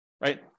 right